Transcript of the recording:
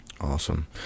Awesome